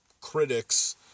critics